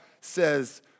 says